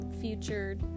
future